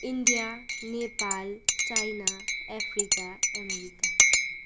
India Nepal China Africa America